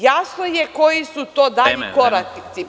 Jasno je koji su dalji koraci.